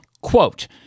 Quote